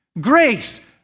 Grace